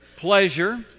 Pleasure